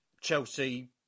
Chelsea